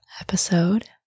episode